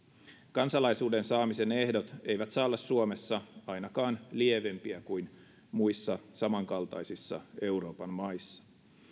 kansalaisuuden saamisen ehdot eivät saa olla suomessa ainakaan lievempiä kuin muissa samankaltaisissa euroopan maissa